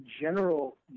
general